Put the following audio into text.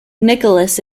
nicholas